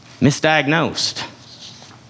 misdiagnosed